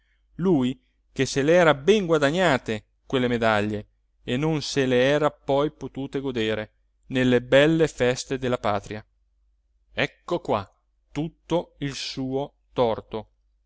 lui che se le era ben guadagnate quelle medaglie e non se le era poi potute godere nelle belle feste della patria ecco qua tutto il suo torto